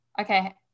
okay